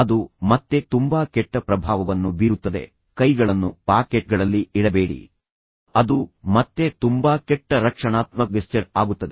ಅದು ಮತ್ತೆ ತುಂಬಾ ಕೆಟ್ಟ ಪ್ರಭಾವವನ್ನು ಬೀರುತ್ತದೆ ಕೈಗಳನ್ನು ಪಾಕೆಟ್ಗಳಲ್ಲಿ ಇಡಬೇಡಿ ಅದು ಮತ್ತೆ ತುಂಬಾ ಕೆಟ್ಟ ರಕ್ಷಣಾತ್ಮಕ ಗೆಸ್ಚರ್ ಆಗುತ್ತದೆ